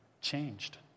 changed